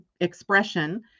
expression